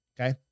Okay